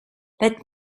let